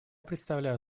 предоставляю